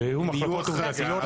אלא יהיו מחלוקות עובדתיות.